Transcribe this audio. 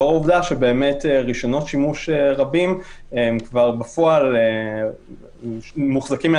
לאור העובדה שרישיונות שימוש רבים בפועל הם כבר מוחזקים על